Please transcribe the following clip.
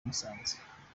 musanze